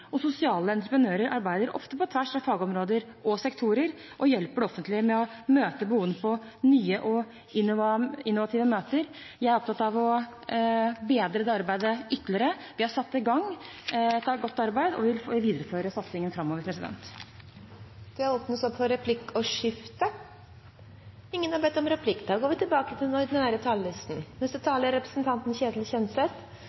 og sosiale entreprenører arbeider ofte på tvers av fagområder og sektorer og hjelper det offentlige med å møte behovene på nye og innovative måter. Jeg er opptatt av å bedre det arbeidet ytterligere. Vi har satt i gang et godt arbeid og vil videreføre satsingen framover. De talere som heretter får ordet, har